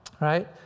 Right